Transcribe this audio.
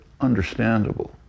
understandable